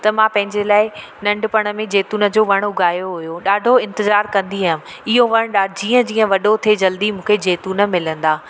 त मां पंहिंजे लाइ नंढपण में जैतुन जो वणु उगायो हुयो ॾाढो इंतिज़ारु कंदी हुअमि इहो वणु ॾा जीअं जीअं वॾो थिए जल्दी मूंखे जैतुन मिलंदा